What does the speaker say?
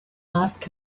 ask